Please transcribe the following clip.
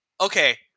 okay